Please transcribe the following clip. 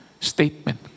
statement